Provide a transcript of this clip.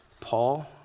Paul